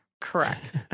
Correct